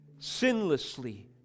sinlessly